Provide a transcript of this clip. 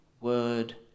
word